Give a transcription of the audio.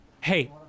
Hey